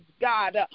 God